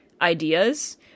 ideas